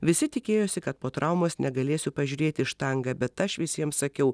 visi tikėjosi kad po traumos negalėsiu pažiūrėti į štangą bet aš visiems sakiau